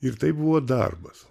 ir tai buvo darbas